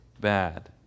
bad